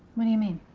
what do you mean?